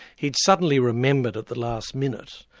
he'd suddenly remembered at the last minute,